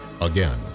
Again